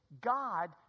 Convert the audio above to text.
God